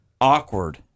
Awkward